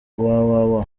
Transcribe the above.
www